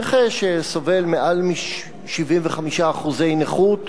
נכה שסובל, מעל 75% נכות,